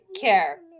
care